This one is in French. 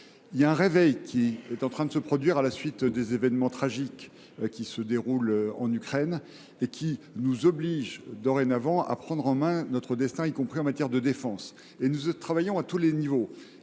Un réveil est en train de se produire à la suite des événements tragiques qui se déroulent en Ukraine et qui nous obligent dorénavant à prendre en main notre destin, y compris en matière de défense. Nous y travaillons à tous les niveaux.